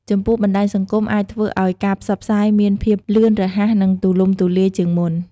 ចំពោះបណ្ដាញសង្គមអាចធ្វើឲ្យការផ្សព្វផ្សាយមានភាពលឿនរហ័សនិងទូលំទូលាយជាងមុន។